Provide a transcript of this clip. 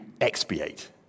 expiate